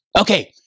Okay